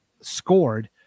scored